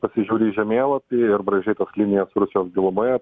pasižiūri į žemėlapį ir braižai tos linijos rusijos gilumoje